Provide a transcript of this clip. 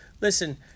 listen